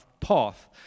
path